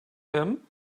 him